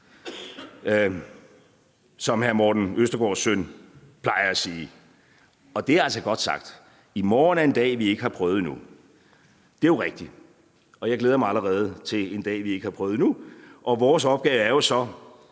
som hr. Morten Østergaards søn plejer at sige, og det er altså godt sagt. I morgen er en dag, vi ikke har prøvet endnu. Det er jo rigtigt, og jeg glæder mig allerede til en dag, vi ikke har prøvet endnu. Vores opgave er jo så